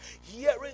hearing